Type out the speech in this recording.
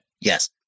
Yes